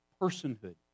personhood